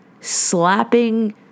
slapping